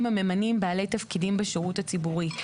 הממנים בעלי תפקידים בשירות הציבורי,